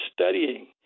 studying